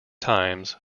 times